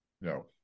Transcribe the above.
No